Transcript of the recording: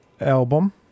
album